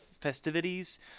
festivities